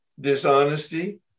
dishonesty